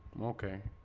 okay